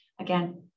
Again